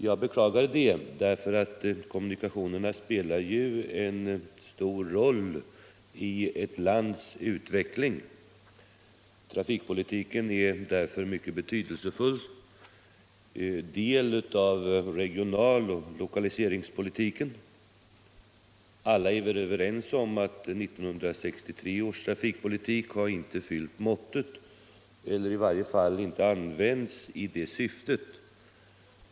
Jag beklagar det därför att kommunikationerna spelar en stor roll i ett lands utveckling. Trafikpolitiken är därför en mycket betydelsefull del av regional och lokaliseringspolitiken. Alla är väl överens om att 1963 års trafikpolitik inte har fyllt måttet eller i varje fall inte använts i regional och lokaliseringspolitiskt syfte.